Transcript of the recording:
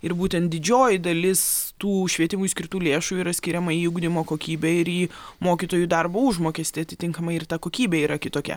ir būtent didžioji dalis tų švietimui skirtų lėšų yra skiriama į ugdymo kokybę ir į mokytojų darbo užmokestį atitinkamai ir ta kokybė yra kitokia